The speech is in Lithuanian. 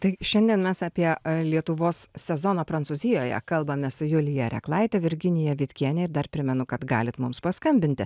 tai šiandien mes apie lietuvos sezoną prancūzijoje kalbame su julija reklaite virginija vitkiene ir dar primenu kad galit mums paskambinti